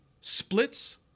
splits